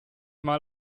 mal